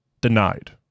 Denied